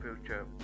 future